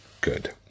good